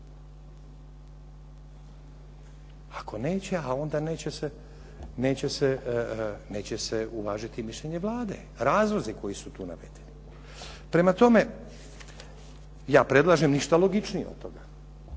Ako neće a onda neće se uvažiti mišljenje Vlade, razlozi koji su tu navedeni. Prema tome, ja predlažem ništa logičnije od toga,